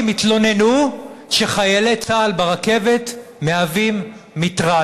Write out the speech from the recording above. התלוננו שחיילי צה"ל ברכבת מהווים מטרד.